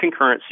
concurrency